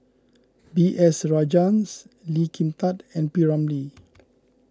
B S Rajhans Lee Kin Tat and P Ramlee